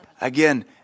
Again